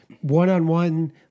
one-on-one